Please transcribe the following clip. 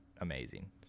amazing